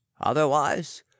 otherwise